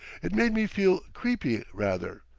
it made me feel creepy, rather.